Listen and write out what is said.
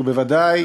שהוא בוודאי